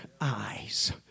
eyes